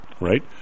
right